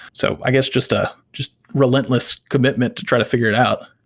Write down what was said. so i guess just ah just relentless commitment to try to figure it out.